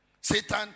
Satan